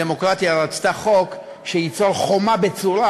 הדמוקרטיה רצתה חוק שייצור חומה בצורה